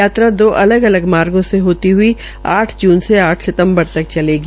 यात्रा दो अलग अलग मार्गो से होती हई आठ जून से आठ सितम्बर तक चलेगी